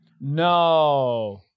no